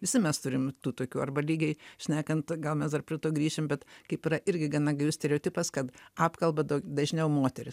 visi mes turim tų tokių arba lygiai šnekant gal mes dar prie to grįšim bet kaip yra irgi gana gajus stereotipas kad apkalba daug dažniau moterys